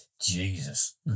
Jesus